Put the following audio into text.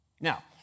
Now